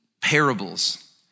parables